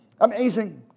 Amazing